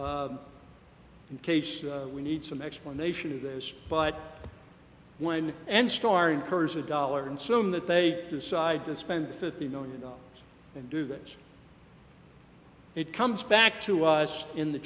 v in case we need some explanation of this but when you and store encourage a dollar and some that they decide to spend fifty million dollars and do this it comes back to us in the